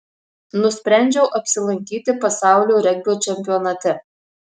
nusprendžiau apsilankyti pasaulio regbio čempionate